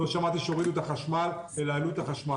לא שמעתי שהורידו את החשמל, אלא העלו את החשמל.